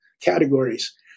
categories